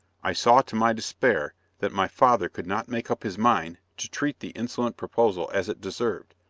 i saw to my despair that my father could not make up his mind to treat the insolent proposal as it deserved.